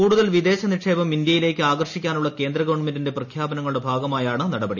കൂടുതൽ വിദേശ നിക്ഷേപം ഇന്ത്യയിലേയ്ക്ക് ആകർഷിക്കാനുള്ള കേന്ദ്ര ഗവൺമെന്റിന്റെ പ്രഖ്യാപനങ്ങളുടെ ഭാഗമായാണ് നടപടി